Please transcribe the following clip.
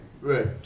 Right